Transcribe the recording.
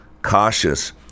Cautious